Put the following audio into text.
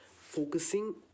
Focusing